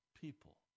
people